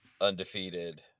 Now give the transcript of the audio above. undefeated